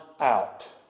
out